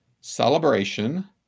celebration